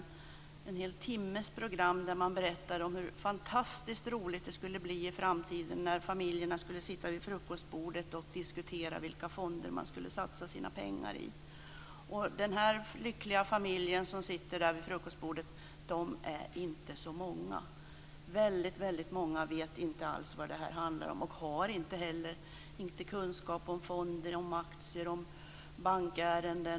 Det var en hel timmes program där man berättade om hur fantastiskt roligt det skulle bli i framtiden när familjerna skulle sitta vid frukostbordet och diskutera vilka fonder man skulle satsa sina pengar i. Men de här lyckliga familjerna som sitter vid frukostbordet är inte så många. Väldigt många vet inte alls vad det här handlar om och har inte heller kunskap om fonder, aktier och bankärenden.